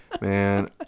Man